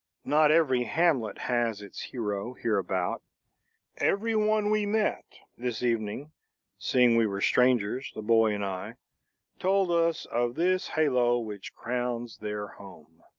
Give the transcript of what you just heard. not every hamlet has its hero, hereabout. everyone we met this evening seeing we were strangers, the boy and i told us of this halo which crowns their home.